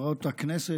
חברות הכנסת,